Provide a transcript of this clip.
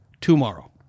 tomorrow